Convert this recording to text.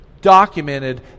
documented